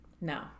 No